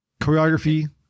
Choreography